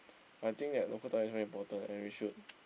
I think that local talent is very important and we should